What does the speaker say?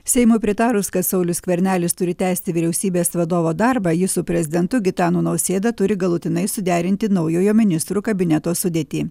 seimui pritarus kad saulius skvernelis turi tęsti vyriausybės vadovo darbą jis su prezidentu gitanu nausėda turi galutinai suderinti naujojo ministrų kabineto sudėtį